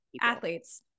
athletes